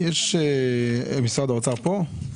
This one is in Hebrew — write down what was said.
משרד האוצר פה?